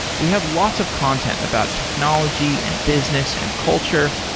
we have lots of content about technology, and business, and culture.